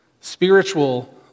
Spiritual